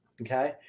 Okay